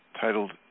titled